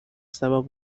سبب